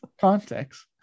Context